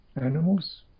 Animals